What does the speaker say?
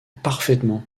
parfaitement